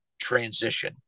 transition